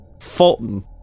Fulton